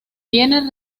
viena